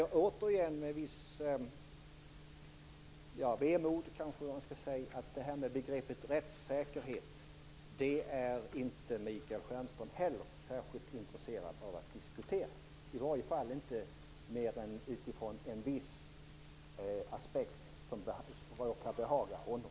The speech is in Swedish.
Jag noterar med visst vemod att inte heller Michael Stjernström är särskilt intresserad av att diskutera begreppet rättssäkerhet, i varje fall inte mer än utifrån en viss aspekt, som råkar behaga honom.